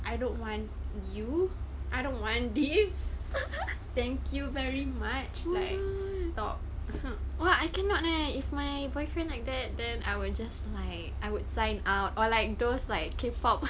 I don't want you I don't want these thank you very much like stop !wah! I cannot leh if my boyfriend like that then I will just like I would sign out or like those like K-pop